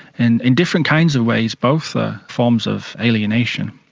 and in different kinds of ways both are forms of alienation.